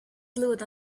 glued